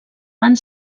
van